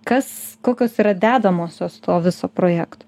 kas kokios yra dedamosios to viso projekto